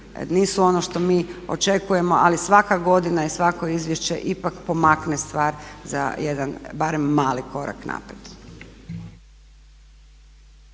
nisu ono što mi očekujemo ali svaka godina i svako izvješće ipak pomakne stvar za jedan barem mali korak naprijed.